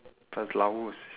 but it's Laos